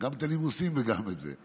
גם את הנימוסים וגם את זה.